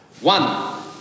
One